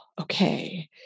okay